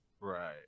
Right